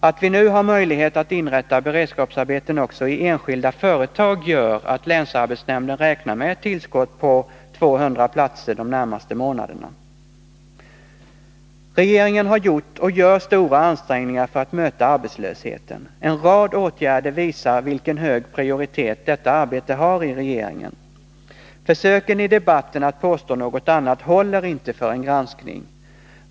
Att vi nu har möjlighet att inrätta beredskapsarbeten också i enskilda företag gör att länsarbetsnämnden räknar med ett tillskott på 200 platser de närmaste månaderna. Regeringen har gjort och gör stora ansträngningar för att möta arbetslösheten. En rad åtgärder visar vilken hög prioritet detta arbete har i regeringen. Försöken i debatten att påstå något annat håller inte för en granskning.